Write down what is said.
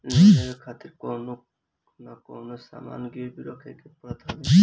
loan लेवे खातिर कवनो न कवनो सामान गिरवी रखे के पड़त हवे